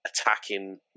attacking